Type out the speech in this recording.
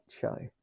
show